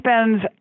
spends